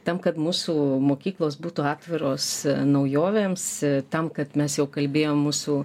tam kad mūsų mokyklos būtų atviros naujovėms tam kad mes jau kalbėjom mūsų